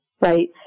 right